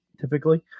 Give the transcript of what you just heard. typically